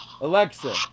Alexa